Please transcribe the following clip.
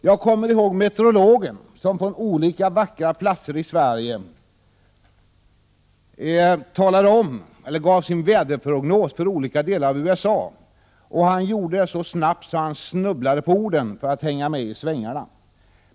Jag kommer ihåg meteorologen som från olika vackra platser i Sverige läste upp sin väderprognos för USA:s olika delar med en sådan hastighet att han nästan snubblade över orden för att hänga med i svängarna.